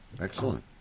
Excellent